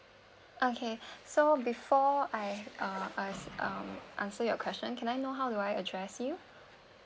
okay so before I uh I um answer your question can I know how do I address you